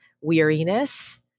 weariness